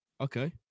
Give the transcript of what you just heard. okay